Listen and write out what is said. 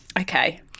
okay